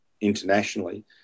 internationally